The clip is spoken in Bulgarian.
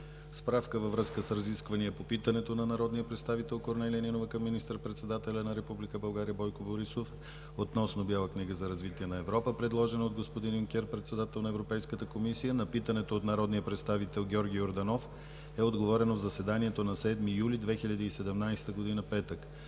Справка във връзка с разисквания по питането на народния представител Корнелия Нинова към министър-председателя на Република България Бойко Борисов относно Бяла книга за развитие на Европа, предложена от господин Юнкер – председател на Европейската комисия: На питането от народния представител Георги Йорданов е отговорено в заседанието на 7 юли 2017 г., петък.